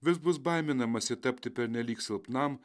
vis bus baiminamasi tapti pernelyg silpnam